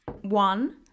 one